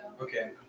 Okay